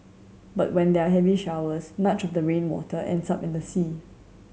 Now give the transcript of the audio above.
but when there are heavy showers much of the rainwater ends up in the sea